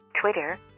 Twitter